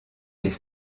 des